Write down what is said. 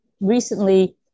recently